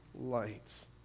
lights